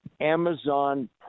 Amazon